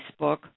Facebook